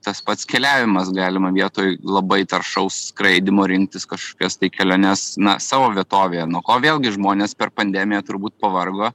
tas pats keliavimas galima vietoj labai taršaus skraidymo rinktis kažkokias tai keliones na savo vietovėje nuo ko vėlgi žmonės per pandemiją turbūt pavargo